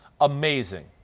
amazing